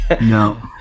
No